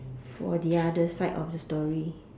for the other side of the story